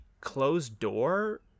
closed-door